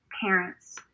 parent's